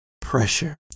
pressure